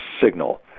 signal